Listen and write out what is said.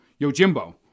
*Yojimbo*